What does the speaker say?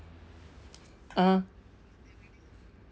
(uh huh)